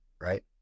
right